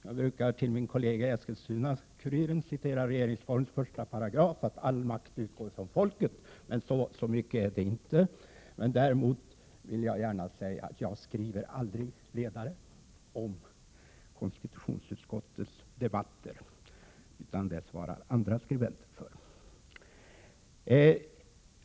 Jag brukar, när jag talar med min kollega i Eskilstuna-Kuriren, hänvisa till regeringsformens 1 § och säga att all makt utgår från Folket. Men så lyckligt är det inte. Jag vill emellertid gärna framhålla att jag aldrig skriver ledare om konstitutionsutskottets debatter, utan det svarar andra skribenter för.